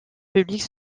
publics